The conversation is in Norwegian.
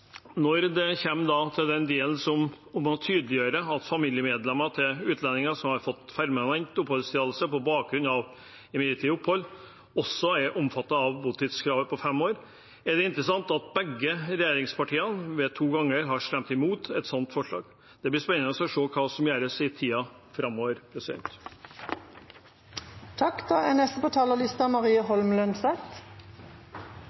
Når det gjelder delen om å tydeliggjøre at familiemedlemmer til utlendinger som har fått permanent oppholdstillatelse på bakgrunn av midlertidig opphold, også er omfattet av botidskravet på fem år, er det interessant at begge regjeringspartiene to ganger har stemt mot et sånt forslag. Det blir spennende å se hva som gjøres i tiden framover. Ny teknologi gjør det mulig å automatisere saksbehandlingen i større grad, men skal vi klare å gjøre det mulig, er